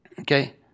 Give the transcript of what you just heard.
Okay